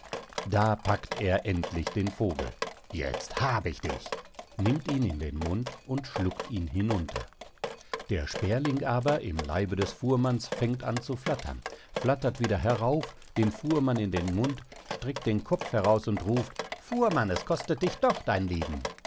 da packt er endlich den vogel jetzt hab ich dich nimmt ihn in den mund und schluckt ihn hinunter der sperling aber im leibe des fuhrmanns fängt an zu flattern flattert wieder herauf dem fuhrmann in den mund streckt den kopf heraus und ruft fuhrmann es kostet dir doch dein leben